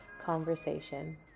conversation